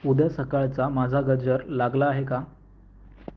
उद्या सकाळचा माझा गजर लागला आहे का